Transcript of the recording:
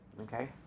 Okay